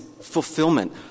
fulfillment